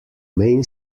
main